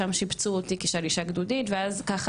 שם שיבצו אותי כשלישה גדודית ואז ככה